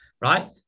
right